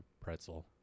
pretzel